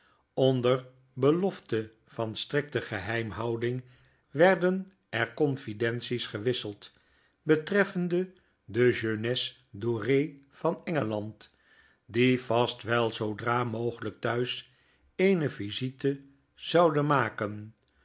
onder belofte van strikte geheimhouding werden er confidenties gewisseld betreffende de jeunesse doree vanengeland die vast wel zoodra mogelyk thuis eene visite zouden maken